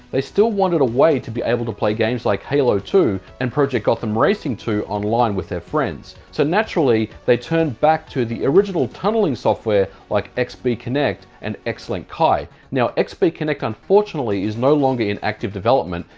they still wanted a way to be able to play games like halo two and project gotham racing two online with their friends. so, naturally, they turned back to the original tunneling software like xbconnect and and xlink kai. now, xbconnect, unfortunately, is no longer in active development.